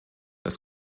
das